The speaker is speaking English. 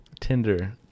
Tinder